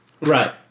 Right